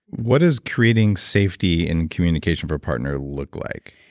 what is creating safety in communication for a partner look like?